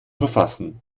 verfassen